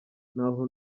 n’aho